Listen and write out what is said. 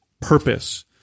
purpose